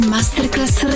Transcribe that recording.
Masterclass